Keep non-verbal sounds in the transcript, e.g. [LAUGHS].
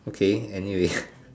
okay anyway [LAUGHS]